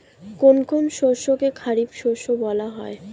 কোন কোন শস্যকে খারিফ শস্য বলা হয়?